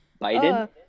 Biden